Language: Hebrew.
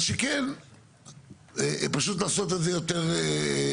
אז תיפגשו באותה בעיה כעבר שנתיים.